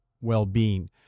well-being